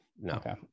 No